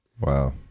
Wow